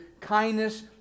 kindness